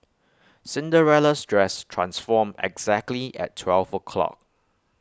Cinderella's dress transformed exactly at twelve o' clock